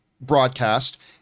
broadcast